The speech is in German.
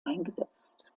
eingesetzt